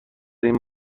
این